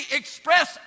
express